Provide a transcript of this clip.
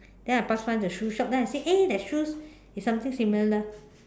then I pass by the shoe shop then I say eh that shoes is something similar